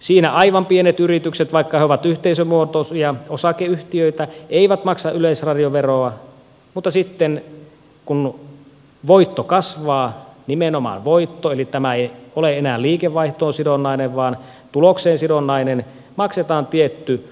siinä aivan pienet yritykset vaikka ne ovat yhteisömuotoisia osakeyhtiöitä eivät maksa yleisradioveroa mutta sitten kun voitto kasvaa nimenomaan voitto eli tämä ei ole enää liikevaihtoon sidonnainen vaan tulokseen sidonnainen maksetaan tietty